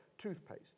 toothpaste